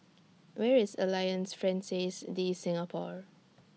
Where IS Alliance Francaise De Singapour